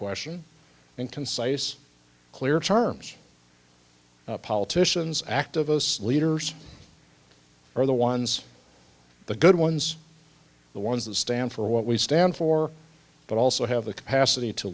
question in concise clear terms politicians activists leaders are the ones the good ones the ones that stand for what we stand for but also have the capacity to